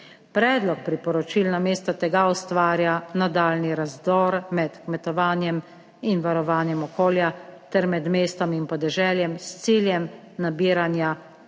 Predlog priporočil namesto tega ustvarja nadaljnji razdor med kmetovanjem in varovanjem okolja ter med mestom in podeželjem s ciljem nabiranja